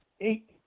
Eight